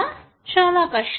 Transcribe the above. చాల కష్టం